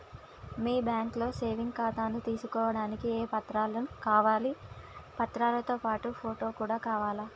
మీ బ్యాంకులో సేవింగ్ ఖాతాను తీసుకోవడానికి ఏ ఏ పత్రాలు కావాలి పత్రాలతో పాటు ఫోటో కూడా కావాలా?